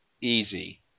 easy